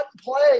play